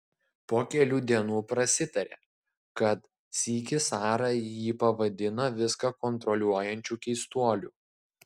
po kelių dienų prasitarė kad sykį sara jį pavadino viską kontroliuojančiu keistuoliu